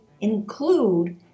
include